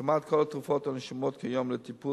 כמעט כל התרופות הרשומות כיום לטיפול